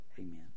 amen